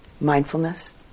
mindfulness